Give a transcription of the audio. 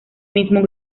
mismo